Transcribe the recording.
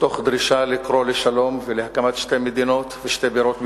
תוך דרישה לקרוא לשלום ולהקמת שתי מדינות ושתי בירות בירושלים.